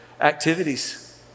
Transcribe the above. activities